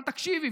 אבל תקשיבי,